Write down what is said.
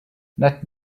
net